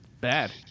Bad